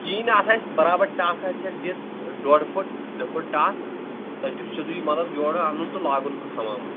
کِہیٖنٛۍ نہٕ اتھ آسہِ برابر ٹکھ آسہِ اتھ دِتھ ڈۅڑ فُٹ زٕ فُٹ ٹکھ تۄہہِ چھُ سیٚودُے مطلب یورٕ انُن تہٕ لاگُن حمامس